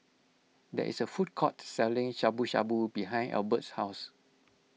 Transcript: there is a food court selling Shabu Shabu behind Albert's house